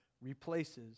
replaces